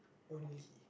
only